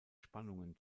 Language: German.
spannungen